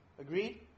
Agreed